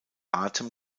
atem